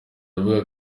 avuga